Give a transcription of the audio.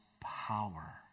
power